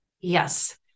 Yes